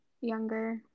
younger